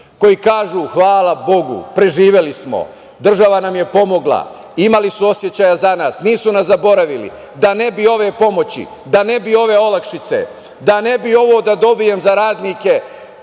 koji kažu - hvala Bogu, preživeli smo, država nam je pomogla, imali su osećaja za nas, nisu nas zaboravili da ne bi ove pomoći, da ne bi ove olakšice, da ne bi ovo da dobijem za radnike